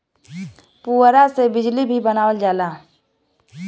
पुवरा से बिजली भी बनावल जाला